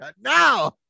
now